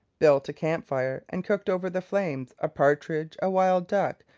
built a campfire, and cooked over the flames a partridge, a wild duck,